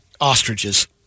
ostriches